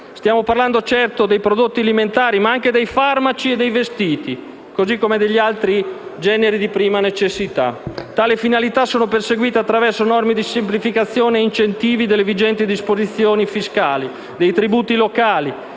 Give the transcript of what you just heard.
Stiamo parlando, certo, dei prodotti alimentari, ma anche dei farmaci e dei vestiti, così come degli altri generi di prima necessità. Tali finalità sono perseguite attraverso norme di semplificazione e incentivi delle vigenti disposizioni fiscali e dei tributi locali,